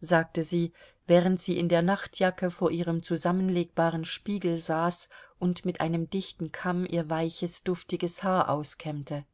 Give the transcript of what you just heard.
sagte sie während sie in der nachtjacke vor ihrem zusammenlegbaren spiegel saß und mit einem dichten kamm ihr weiches duftiges haar auskämmte